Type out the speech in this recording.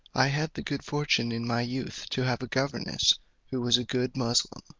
i had the good fortune in my youth to have a governess who was a good moosulmaun.